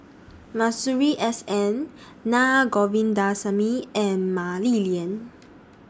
Masuri S N Naa Govindasamy and Mah Li Lian